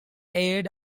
aired